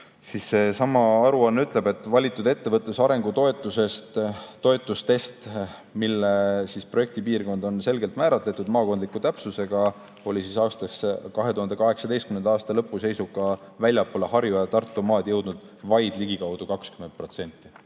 Seesama aruanne ütleb, et valitud ettevõtluse arengu toetustest, mille projektipiirkond on selgelt määratletud maakondliku täpsusega, oli 2018. aasta lõpu seisuga väljapoole Harju- ja Tartumaad jõudnud vaid ligikaudu 20%.